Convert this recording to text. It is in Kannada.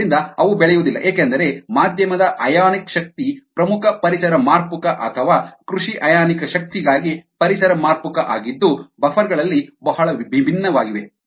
ಆದ್ದರಿಂದ ಅವು ಬೆಳೆಯುವುದಿಲ್ಲ ಏಕೆಂದರೆ ಮಾಧ್ಯಮದ ಅಯಾನಿಕ್ ಶಕ್ತಿ ಪ್ರಮುಖ ಪರಿಸರ ಮಾರ್ಪುಕ ಅಥವಾ ಕೃಷಿ ಅಯಾನಿಕ್ ಶಕ್ತಿಗಾಗಿ ಪರಿಸರ ಮಾರ್ಪುಕ ಆಗಿದ್ದು ಬಫರ್ ಗಳಲ್ಲಿ ಬಹಳ ಭಿನ್ನವಾಗಿದೆ